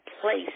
place